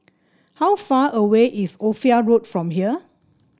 how far away is Ophir Road from here